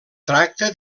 tracta